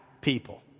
people